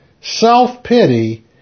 Self-pity